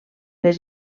les